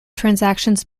transactions